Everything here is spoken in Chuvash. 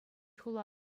хула